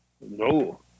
No